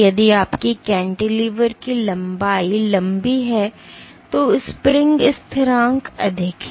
यदि आपकी कैंटिलीवर की लंबाई लंबी है तो स्प्रिंग स्थिरांक अधिक है